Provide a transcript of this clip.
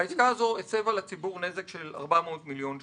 העסקה הזאת הסבה לציבור נזק של 400 מיליון שקל.